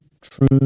true